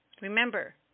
remember